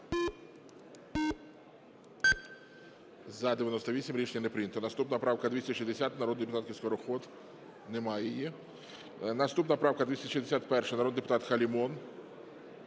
За-98 Рішення не прийнято. Наступна правка 260 народної депутатки Скороход. Немає її. Наступна правка 261, народний депутат Халімон.